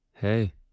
Hey